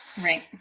Right